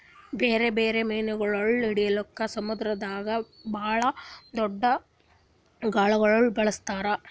ಬ್ಯಾರೆ ಬ್ಯಾರೆ ಮೀನುಗೊಳ್ ಹಿಡಿಲುಕ್ ಸಮುದ್ರದಾಗ್ ಭಾಳ್ ದೊಡ್ದು ಗಾಳಗೊಳ್ ಬಳಸ್ತಾರ್